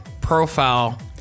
profile